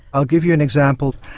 i'll give you an example.